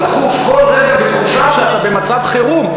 לחוש כל רגע שאתה במצב חירום,